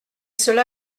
cela